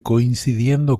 coincidiendo